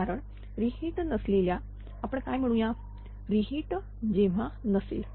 कारण reheat नसलेल्या आपण काय म्हणू रि हीट जेव्हा नसेल